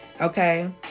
Okay